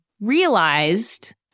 realized